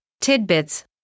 tidbits